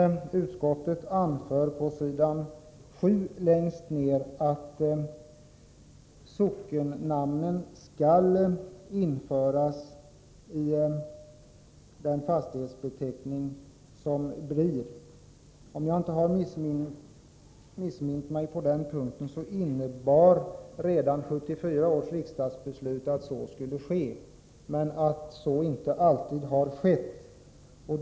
Utskottet anför på s. 7 längst ned att fastighets sockentillhörighet förs in i det nya fastighetsregistret. Om jag inte missminner mig på den punkten innebar redan 1974 års riksdagsbeslut att så skulle ske. Det har emellertid inte alltid blivit fallet.